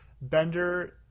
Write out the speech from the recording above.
Bender